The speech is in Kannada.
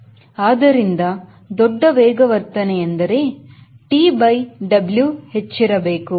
ಆದ್ದರಿಂದ ದೊಡ್ಡ ವೇಗವರ್ಧನೆ ಎಂದರೆ T by W ಹೆಚ್ಚಿರಬೇಕು